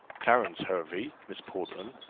clarence hervey, miss portman,